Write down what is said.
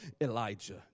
Elijah